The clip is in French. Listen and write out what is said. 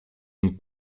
une